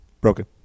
Broken